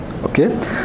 Okay